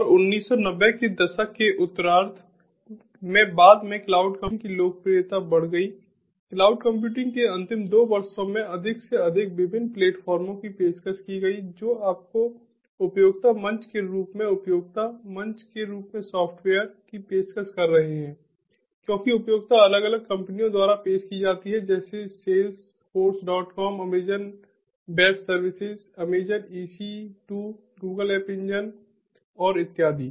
और 1990 के दशक के उत्तरार्ध में बाद में क्लाउड कंप्यूटिंग की लोकप्रियता बढ़ गई क्लाउड कंप्यूटिंग के अंतिम दो वर्षों में अधिक से अधिक विभिन्न प्लेटफार्मों की पेशकश की गई जो आपको उपयोगिता मंच के रूप में उपयोगिता मंच के रूप में सॉफ्टवेयर की पेशकश कर रहे हैं क्योंकि उपयोगिता अलग अलग कंपनियों द्वारा पेश की जाती है जैसे salesforce com अमेज़ॅन वेब सेवाएं Amazon EC 2 Google app engine और इत्यादि